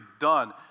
done